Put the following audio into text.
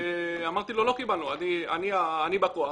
אמרתי לו, לא קיבלנו, אני בא כוח.